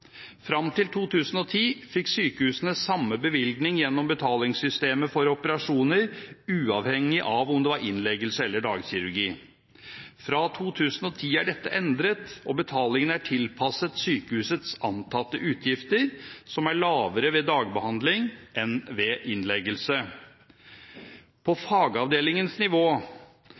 Fram til 2010 fikk sykehusene samme bevilgning gjennom betalingssystemet for operasjoner uavhengig av om det var innleggelse eller dagkirurgi. Fra 2010 er dette endret, og betalingen er tilpasset sykehusets antatte utgifter, som er lavere ved dagbehandling enn ved innleggelse. På fagavdelingens nivå